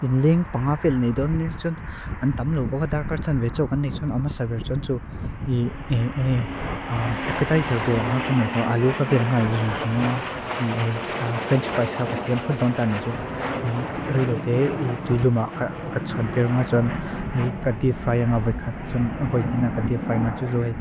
Inling, paka fel neidon ni ljon. Antam lo bo ka darkar san vez okat nitson ama sagar san tswo. Repetize dhrangar ku meidu, alloo ka fel ngal zoon misonga. Eh, French fries ka kasiem po dondan ito. Y E reliot e eh, y tu ilum a kacchontir majon. Y e-kadhifrayang ngavekat san, waidina kadifrayang a tuis ohei.